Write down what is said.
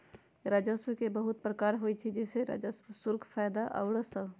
राजस्व के बहुते प्रकार होइ छइ जइसे करें राजस्व, शुल्क, फयदा आउरो सभ